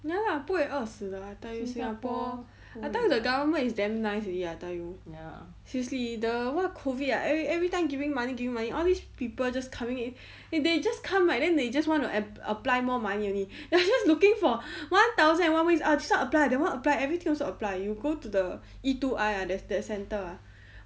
ya lah 不会饿死的 I tell you singapore I tell you the government is damn nice already I tell you seriously the what COVID ah every time giving money giving money all these people just coming in they just come right then they just want to apply more money only they're just looking for one thousand and one ways ah this one apply that one apply everything also apply you go to the E two I ah that center